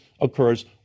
occurs